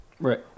Right